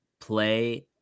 play